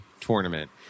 tournament